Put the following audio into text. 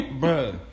Bro